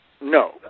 No